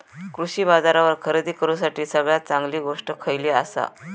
कृषी बाजारावर खरेदी करूसाठी सगळ्यात चांगली गोष्ट खैयली आसा?